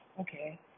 Okay